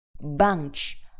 Bunch